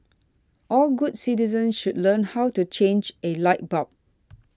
all good citizens should learn how to change a light bulb